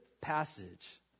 passage